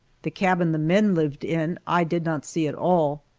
the cabin the men lived in, i did not see at all.